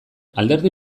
alderdi